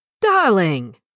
Darling